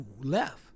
left